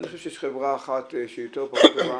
אני חושב שיש חברה שהיא פחות טובה,